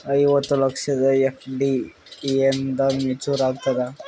ಐವತ್ತು ಲಕ್ಷದ ಎಫ್.ಡಿ ಎಂದ ಮೇಚುರ್ ಆಗತದ?